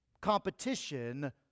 competition